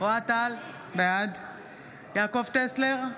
אוהד טל, בעד יעקב טסלר,